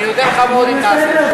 אני אודה לך מאוד אם תעשה את זה.